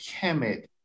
Kemet